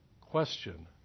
Question